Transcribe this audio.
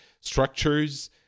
structures